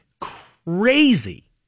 crazy